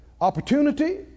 opportunity